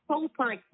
super